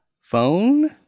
phone